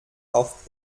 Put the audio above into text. auf